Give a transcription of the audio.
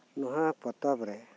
ᱱᱚᱣᱟ ᱯᱚᱛᱚᱵ ᱨᱮ